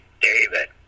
David